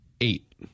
Eight